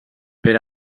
per